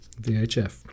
VHF